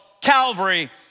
Calvary